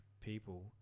people